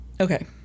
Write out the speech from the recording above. Okay